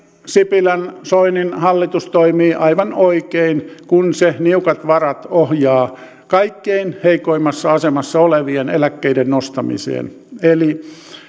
sipilän soinin hallitus toimii aivan oikein kun se niukat varat ohjaa kaikkein heikoimmassa asemassa olevien eläkkeiden nostamiseen eli